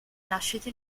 nascita